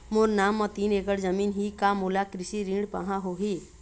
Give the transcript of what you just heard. मोर नाम म तीन एकड़ जमीन ही का मोला कृषि ऋण पाहां होही?